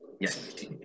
Yes